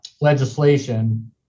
legislation